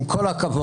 עם כל הכבוד,